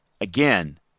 Again